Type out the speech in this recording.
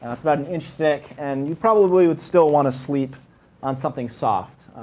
it's about an inch thick. and you probably would still want to sleep on something soft,